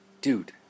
dude